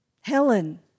Helen